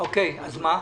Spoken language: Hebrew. אז מה?